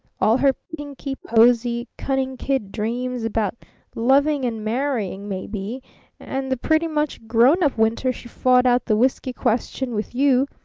all her pinky-posy, cunning kid-dreams about loving and marrying, maybe and the pretty-much grown-up winter she fought out the whisky question with you,